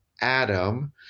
Adam